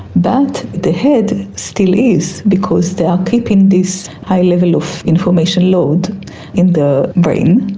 but the head still is because they are keeping this high level of information load in the brain,